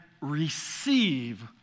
receive